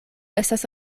estas